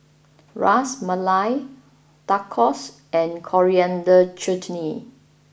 Ras Malai Tacos and Coriander Chutney